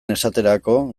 esaterako